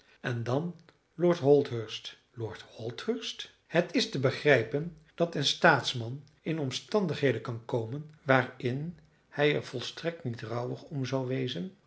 en dan lord holdhurst lord holdhurst het is te begrijpen dat een staatsman in omstandigheden kan komen waarin hij er volstrekt niet rouwig om zou wezen